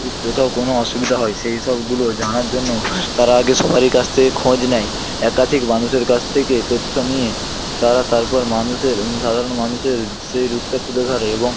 কোথাও কোনো অসুবিধা হয় সেইসবগুলোর জানার জন্য তারা আগে সবারই কাছ থেকে খোঁজ নেয় একাধিক মানুষের কাছ থেকে তথ্য নিয়ে তারা তারপর মানুষের সাধারণ মানুষের সেই রূপটা তুলে ধরে এবং